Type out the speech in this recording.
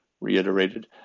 reiterated